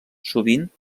sovint